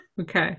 Okay